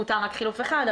מותר רק חילוף אחד,